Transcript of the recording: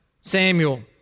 Samuel